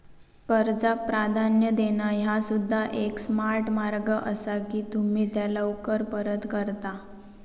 कर्जाक प्राधान्य देणा ह्या सुद्धा एक स्मार्ट मार्ग असा की तुम्ही त्या लवकर परत करता